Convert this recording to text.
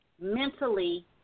Mentally